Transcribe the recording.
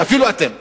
אפילו אתם.